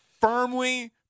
Firmly